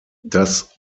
das